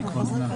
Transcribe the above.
אני לא מוכן.